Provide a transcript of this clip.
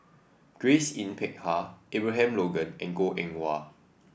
Grace Yin Peck Ha Abraham Logan and Goh Eng Wah